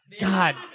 God